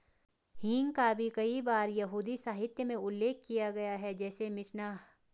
हींग का भी कई बार यहूदी साहित्य में उल्लेख किया गया है, जैसे मिशनाह